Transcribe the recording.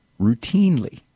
routinely